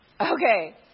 okay